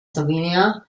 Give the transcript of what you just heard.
slovenia